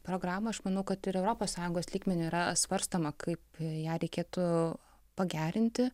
programa aš manau kad ir europos sąjungos lygmeniu yra svarstoma kaip ją reikėtų pagerinti